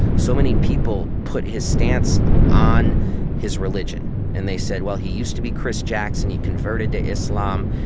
so many people put his stance on his religion. and they said, well, he used to be chris jackson. he converted to islam.